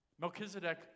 Melchizedek